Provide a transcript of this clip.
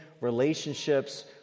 relationships